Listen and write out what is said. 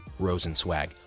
Rosenswag